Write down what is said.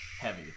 Heavy